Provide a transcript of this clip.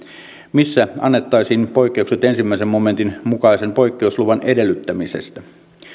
missä annettaisiin poikkeukset ensimmäisen momentin mukaisen poikkeusluvan edellyttämisestä